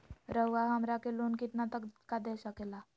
रउरा हमरा के लोन कितना तक का दे सकेला?